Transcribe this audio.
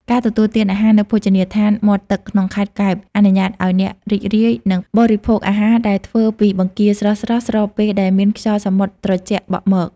ការទទួលទានអាហារនៅភោជនីយដ្ឋានមាត់ទឹកក្នុងខេត្តកែប អនុញ្ញាតឱ្យអ្នករីករាយនឹងបរិភោគអាហារដែលធ្វើពីបង្គាស្រស់ៗ ស្របពេលដែលមានខ្យល់សមុទ្រត្រជាក់បក់មក។